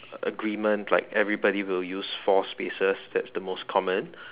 agreement like everybody will use four spaces that's the most common